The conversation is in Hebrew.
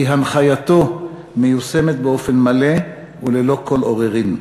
הנחייתו מיושמת באופן מלא וללא כל עוררין.